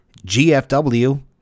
GFW